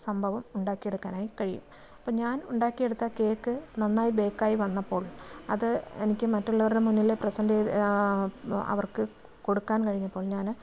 സംഭവം ഉണ്ടാക്കിയെടുക്കാനായി കഴിയും അപ്പോൾ ഞാൻ ഉണ്ടാക്കിയെടുത്ത കേക്ക് നന്നായി ബേക്ക് ആയി വന്നപ്പോൾ അത് എനിക്ക് മറ്റുള്ളവരുടെ മുന്നിൽ പ്രെസൻ്റ് ചെയ്ത് അവർക്ക് കൊടുക്കാൻ കഴിഞ്ഞപ്പോൾ ഞാൻ